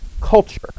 culture